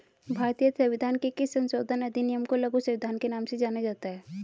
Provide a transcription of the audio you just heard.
भारतीय संविधान के किस संशोधन अधिनियम को लघु संविधान के नाम से जाना जाता है?